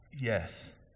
yes